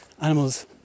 Animals